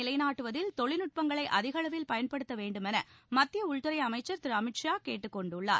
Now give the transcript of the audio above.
நிலைநாட்டுவதில் தொழில்நுட்பங்களை அதிகளவில் பயன்படுத்த சுட்டு ஒழுங்கை வேண்டுமென மத்திய உள்துறை அமைச்சர் திரு அமித் ஷா கேட்டுக் கொண்டுள்ளார்